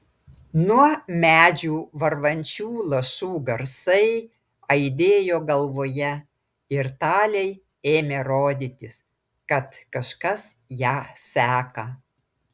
nuo medžių varvančių lašų garsai aidėjo galvoje ir talei ėmė rodytis kad kažkas ją seka